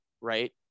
right